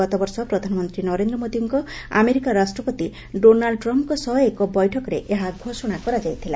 ଗତବର୍ଷ ପ୍ରଧାନମନ୍ତ୍ରୀ ନରେନ୍ଦ୍ର ମୋଦିଙ୍କ ଆମେରିକା ରାଷ୍ଟ୍ରପତି ଡୋନାଲଡ୍ ଟ୍ରମ୍ପ୍ଙ୍କ ସହ ଏକ ବୈଠକରେ ଏହା ଘୋଷଣା କରାଯାଇଥିଲା